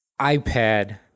iPad